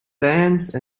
tense